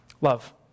Love